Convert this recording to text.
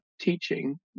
teaching